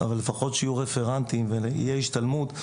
אבל לפחות שיהיו רפרנטים ותהיה השתלמות,